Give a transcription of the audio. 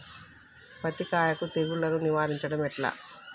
పత్తి కాయకు తెగుళ్లను నివారించడం ఎట్లా?